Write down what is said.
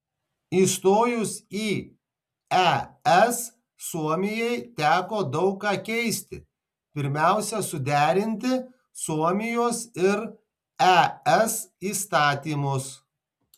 įstojus į es suomijai teko daug ką keisti pirmiausia suderinti suomijos ir es įstatymus